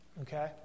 Okay